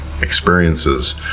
experiences